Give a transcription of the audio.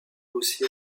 aussi